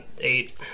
Eight